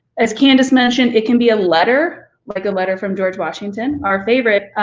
as candace mentioned, it can be a letter, like a letter from george washington, our favorite.